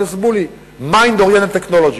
Mind Oriented Technology.